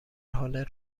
حال